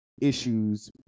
issues